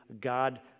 God